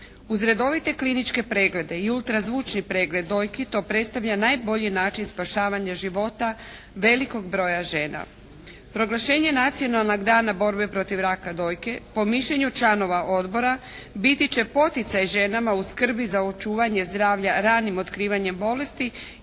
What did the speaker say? Uz redovite kliničke preglede i ultrazvučni pregled dojki to predstavlja najbolji način spašavanja života velikog broja žena. Proglašenje Nacionalnog dana borbe protiv raka dojke po mišljenju članova odbora biti će poticaj ženama u skrbi za očuvanje zdravlja ranim otkrivanjem bolesti